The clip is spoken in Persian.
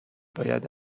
باید